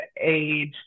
age